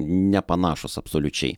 nepanašūs absoliučiai